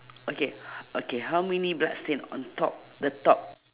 okay okay how many blood stain on top the top